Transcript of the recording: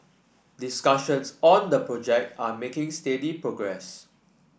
discussions on the project are making steady progress